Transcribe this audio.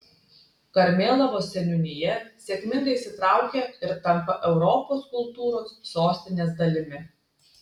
karmėlavos seniūnija sėkmingai įsitraukia ir tampa europos kultūros sostinės dalimi